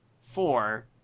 four